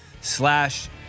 slash